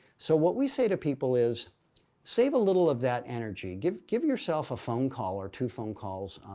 so what we say to people is save a little of that energy. give give yourself a phone call or two phone calls.